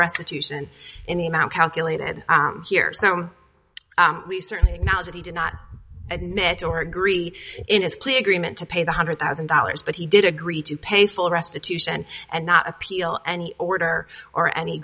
restitution in the amount calculated here so we certainly know that he did not admit or agree in his clear agreement to pay one hundred thousand dollars but he did agree to pay full restitution and not appeal any order or any